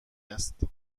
است